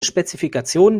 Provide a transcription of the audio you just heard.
spezifikation